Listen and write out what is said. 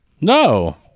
no